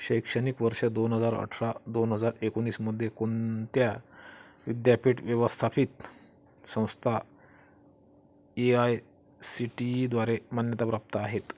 शैक्षणिक वर्ष दोन हजार अठरा दोन हजार एकोणीसमध्ये कोणत्या विद्यापीठ व्यवस्थापित संस्था ए आय सी टी ईद्वारे मान्यताप्राप्त आहेत